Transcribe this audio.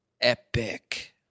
epic